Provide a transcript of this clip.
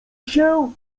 się